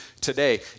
today